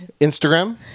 Instagram